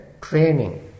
training